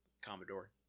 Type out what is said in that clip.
Commodore